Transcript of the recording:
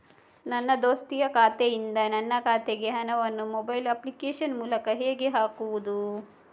ನನ್ನ ದೋಸ್ತಿಯ ಖಾತೆಯಿಂದ ನನ್ನ ಖಾತೆಗೆ ಹಣವನ್ನು ಮೊಬೈಲ್ ಅಪ್ಲಿಕೇಶನ್ ಮೂಲಕ ಹೇಗೆ ಹಾಕುವುದು?